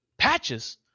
patches